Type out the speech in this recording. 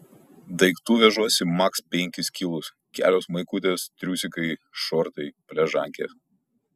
daiktų vežuosi maks penkis kilus kelios maikutės triusikai šortai pležankės